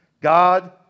God